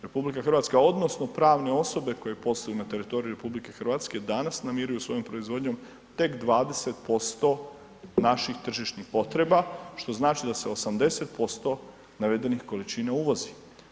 RH odnosno pravne osobe koje posluju na teritoriju RH danas namiruju svojoj proizvodnjom tek 20% naših tržišnih potreba što znači da se 80% navedenih količina uvozi.